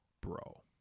bro